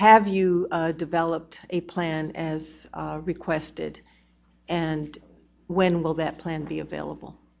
have you developed a plan as requested and when will that plan be available